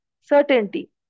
certainty